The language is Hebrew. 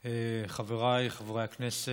חבריי חברי הכנסת,